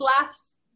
last